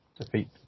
defeat